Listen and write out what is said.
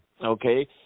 Okay